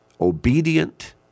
obedient